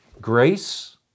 grace